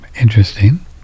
interesting